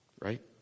Right